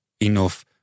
enough